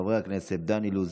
של חברי הכנסת דן אילוז,